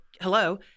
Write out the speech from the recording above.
hello